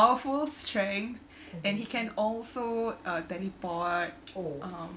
powerful strength and he can also uh teleport um